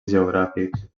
geogràfics